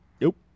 Nope